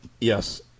Yes